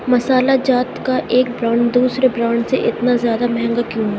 مسالہ جات کا ایک برانڈ دوسرے برانڈ سے اتنا زیادہ مہنگا کیوں ہے